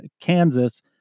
Kansas